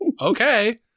Okay